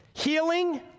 Healing